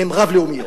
הן רב-לאומיות,